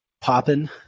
popping